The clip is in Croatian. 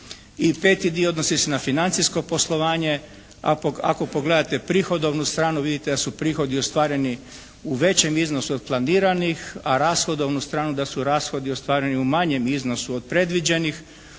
I peti dio odnosi se na financijsko poslovanje. Ako pogledate prihodovnu stranu vidite da su prihodi ostvareni u većem iznosu od planiranih, a rashodovnu stranu da su rashodi ostvareni u manjem iznosu od predviđenih.